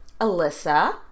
Alyssa